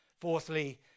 Fourthly